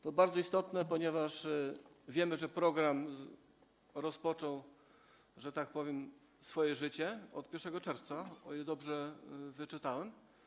To bardzo istotne, ponieważ wiemy, że program rozpoczął, że tak powiem, życie od 1 czerwca, o ile dobrze wyczytałem.